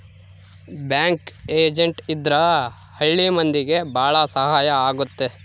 bank agent ಇದ್ರ ಹಳ್ಳಿ ಮಂದಿಗೆ ಭಾಳ ಸಹಾಯ ಆಗುತ್ತೆ